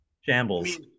Shambles